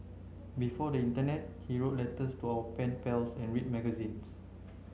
before the internet he wrote letters to our pen pals and read magazines